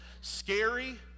Scary